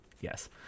yes